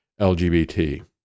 LGBT